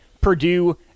Purdue